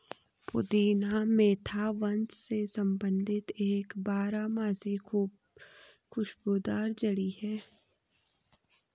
पुदीना मेंथा वंश से संबंधित एक बारहमासी खुशबूदार जड़ी है